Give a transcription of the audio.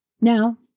Now